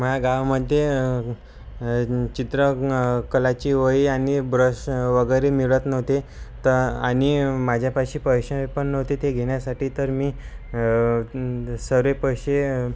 माझ्या गावामध्ये चित्र कलाची वही आणि ब्रश वगैरे मिळत नव्हते तर आणि माझ्यापाशी पैसे पण नव्हते ते घेण्यासाठी तर मी सारे पैसे